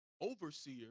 overseer